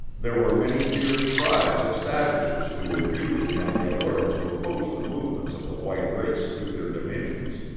there were many fierce tribes of savages who were usually on the alert to oppose the movements of the white race through their dominions.